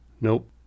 Nope